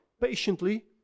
patiently